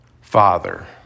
Father